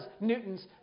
Newton's